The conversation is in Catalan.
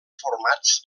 formats